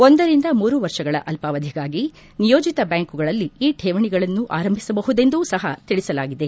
ಒಂದರಿಂದ ಮೂರು ವರ್ಷಗಳ ಅಲ್ಲಾವಧಿಗಾಗಿ ನಿಯೋಜಿತ ಬ್ಯಾಂಕುಗಳಲ್ಲಿ ಈ ಠೇವಣಿಗಳನ್ನು ಆರಂಭಿಸಬಹುದೆಂದೂ ಸಹ ತಿಳಿಸಲಾಗಿದೆ